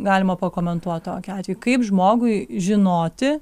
galima pakomentuot tokį atvejį kaip žmogui žinoti